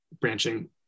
branching